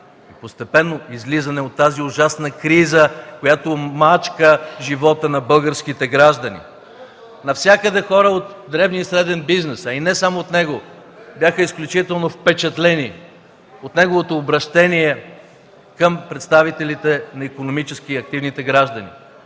постепенно излизане от тази ужасна криза, която мачка живота на българските граждани. Навсякъде хора от дребния и среден бизнес, а и не само от него, бяха изключително впечатлени от неговото обръщение към представителите на икономически активните граждани,